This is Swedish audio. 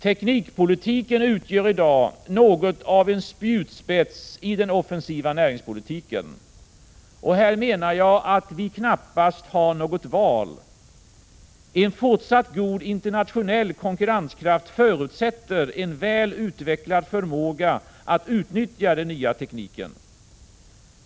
Teknikpolitiken utgör i dag något av en spjutspets i den offensiva näringspolitiken. Här har vi, menar jag, knappast något val. En fortsatt god internationell konkurrenskraft förutsätter en väl utvecklad förmåga att utnyttja den nya tekniken.